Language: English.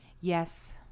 Yes